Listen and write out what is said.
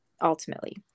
ultimately